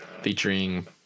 featuring